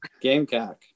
Gamecock